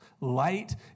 Light